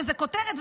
וזה כותרת,